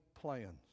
plans